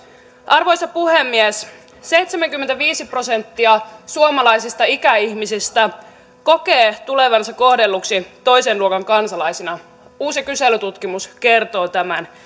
arvoisa puhemies seitsemänkymmentäviisi prosenttia suomalaisista ikäihmisistä kokee tulevansa kohdelluksi toisen luokan kansalaisina uusi kyselytutkimus kertoo tämän